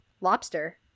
lobster